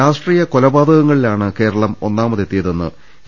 രാഷ്ട്രീയ കൊലപാതകങ്ങളിലാണ് കേരളം ഒന്നാമതെത്തിയതെന്ന് എ